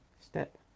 step